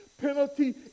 penalty